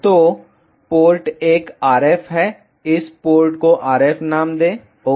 तो port 1 RF है इस पोर्ट को RF नाम दें ओके